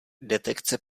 detekce